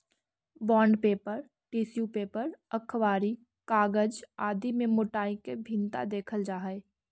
bond paper, tissue paper, अखबारी कागज आदि में मोटाई के भिन्नता देखल जा हई